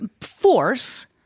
force